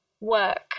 work